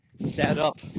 setup